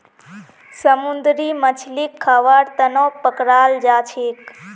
समुंदरी मछलीक खाबार तनौ पकड़ाल जाछेक